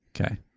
Okay